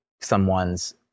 someone's